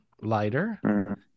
lighter